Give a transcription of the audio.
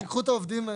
שייקחו את העובדים,